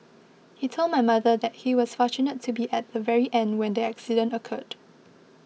he told my mother that he was fortunate to be at the very end when the accident occurred